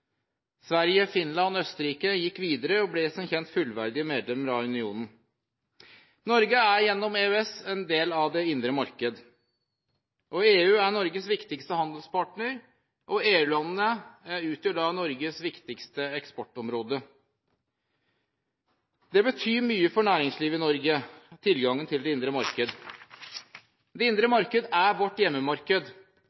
Sverige, Finland og Østerrike gikk videre og ble som kjent fullverdige medlemmer av unionen. Norge er gjennom EØS en del av det indre marked. EU er Norges viktigste handelspartner, og EU-landene utgjør da Norges viktigste eksportområde. Tilgangen til det indre marked betyr mye for næringslivet i Norge. Det indre marked er vårt hjemmemarked. Det